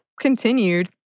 continued